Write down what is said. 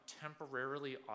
temporarily